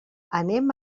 anem